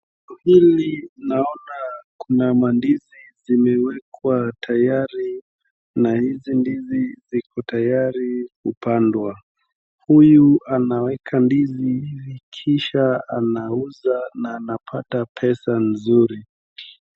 Pili naona kuna mandizi zimewekwa tayari na hizi ndizi ziko tayari kupandwa, huyu ameweka ndizi kisha anauza na anapata pesa nzuri.